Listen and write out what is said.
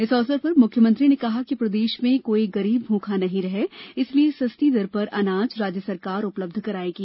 इस अवसर पर मुख्यमंत्री ने कहा कि प्रदेश में कोई गरीब भूखा नहीं रहे इसलिये सस्ती दर पर अनाज राज्य सरकार उपलब्ध कराएगी